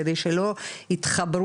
כדי שלא יתחברו,